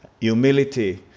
humility